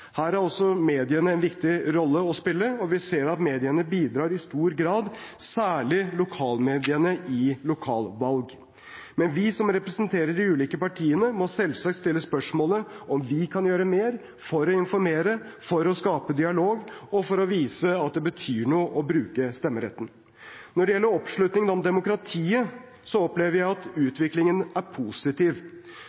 Her har også mediene en viktig rolle å spille, og vi ser at mediene bidrar i stor grad – særlig lokalmediene ved lokalvalg. Men vi, som representerer de ulike partiene, må selvsagt stille spørsmål om vi kan gjøre mer for å informere, for å skape dialog og for å vise at det betyr noe å bruke stemmeretten. Når det gjelder oppslutning om demokratiet, opplever jeg at utviklingen er positiv.